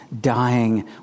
dying